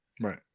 right